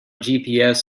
gps